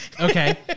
Okay